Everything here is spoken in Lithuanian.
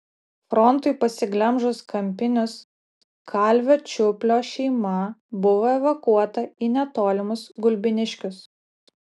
frontui pasiglemžus kampinius kalvio čiuplio šeima buvo evakuota į netolimus gulbiniškius